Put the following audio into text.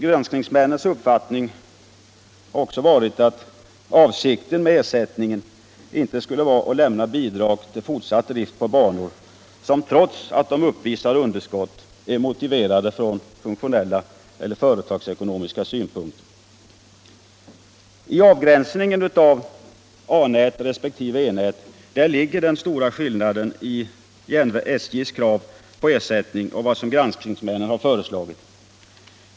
Granskningsmännens uppfattning har också varit att avsikten med ersättningen inte skulle vara att lämna bidrag till fortsatt drift på banor som trots att de uppvisar underskott är motiverade från funktionella eller företagsekonomiska synpunkter. I avgränsningen av A-nät resp. E nät ligger den stora skillnaden mellan SJ:s krav på ersättning och vad granskningsmännen har föreslagit.